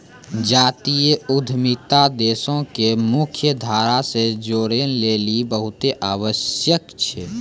जातीय उद्यमिता देशो के मुख्य धारा से जोड़ै लेली बहुते आवश्यक छै